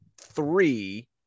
three